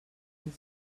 this